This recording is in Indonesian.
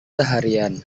seharian